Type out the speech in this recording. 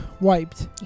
wiped